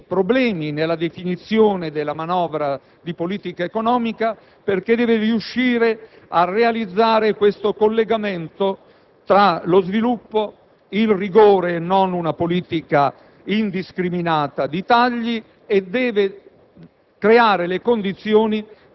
comporti problemi nella definizione della manovra di politica economica, perché deve riuscire a realizzare un collegamento tra lo sviluppo e il rigore - ma non una politica indiscriminata di tagli - e